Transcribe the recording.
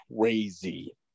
crazy